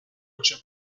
rocha